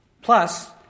Plus